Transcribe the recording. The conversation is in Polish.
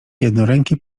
jednoręki